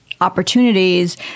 opportunities